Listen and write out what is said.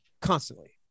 constantly